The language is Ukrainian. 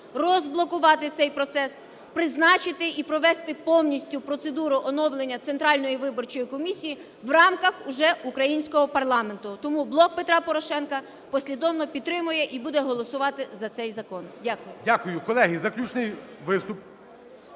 розблокувати цей процес, призначити і провести повністю процедуру оновлення Центральної виборчої комісії в рамках уже українського парламенту. Тому "Блок Петра Порошенка" послідовно підтримує і буде голосувати за цей закон. Дякую.